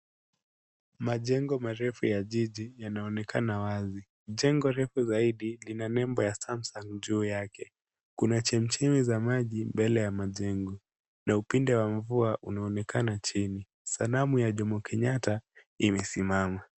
Majengo marefu ya jiji yanaonekana wazi. Jengo refu zaidi lina nembo ya Samsung juu yake. Kuna chemichemi za maji mbele ya majengo na upinde ya mvua inaonekana chini. Sanamu ya mzee Jomo Kenyatta imesimama.